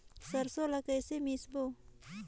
सरसो ला कइसे मिसबो?